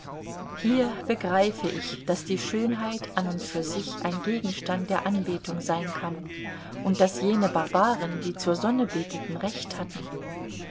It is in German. hier begreife ich daß die schönheit an und für sich ein gegenstand der anbetung sein kann und daß jene barbaren die zur sonne beteten recht hatten